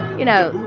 you know,